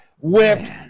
whipped